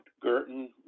Girton